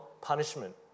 punishment